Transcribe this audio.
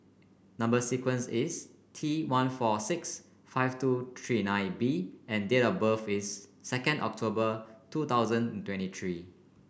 number sequence is T one four six five two three nine B and date of birth is second October two thousand twenty three